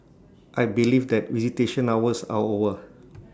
I believe that visitation hours are over